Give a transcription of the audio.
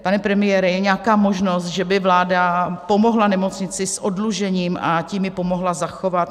Pane premiére, je nějaká možnost, že by vláda pomohla nemocnici s oddlužením, a tím ji pomohla zachovat?